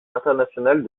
internationales